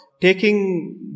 taking